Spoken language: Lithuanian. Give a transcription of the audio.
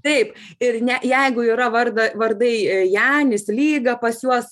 taip ir ne jeigu yra varda vardai janis lyga pas juos